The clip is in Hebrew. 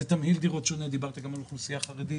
זה תמיד דירות שדיברת גם על אוכלוסייה חרדית,